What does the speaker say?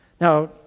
Now